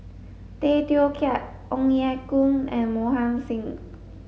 Tay Teow Kiat Ong Ye Kung and Mohan Singh